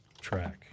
track